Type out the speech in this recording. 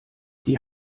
die